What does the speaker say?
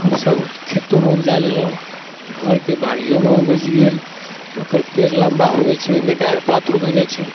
हमसब खेतोमे उपजा लेलहुँ घरके बारिओमे उपजि गेल ओकर पेड़ लम्बा होबे छै ओहिमे डाढ़ि पात होबै नहि छै